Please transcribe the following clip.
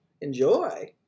Enjoy